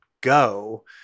go